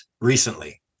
recently